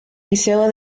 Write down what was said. liceo